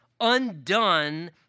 undone